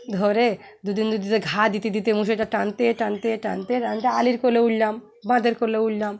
ধরে দুদিন দুদিতে ঘা দিতে দিতে বঁড়শিতে টানতে টানতে টানতে টানতে আলি উড়লাম বাঁধদের উঠলাম